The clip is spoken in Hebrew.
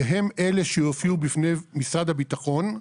שהם אלה שיופיעו בפני משרד הביטחון,